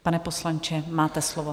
Pane poslanče, máte slovo.